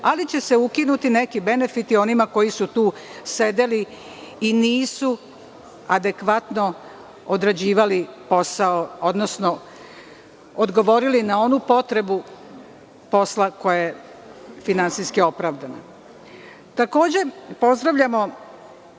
ali će se ukinuti neki benefiti onima koji su tu sedeli i nisu adekvatno odrađivali posao, odnosno odgovorili na onu potrebu posla koja je finansijski opravdana. Takođe, pozdravljamo